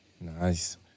Nice